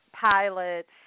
pilots